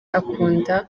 akunda